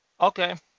Okay